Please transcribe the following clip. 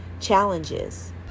challenges